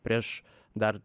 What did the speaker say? prieš dar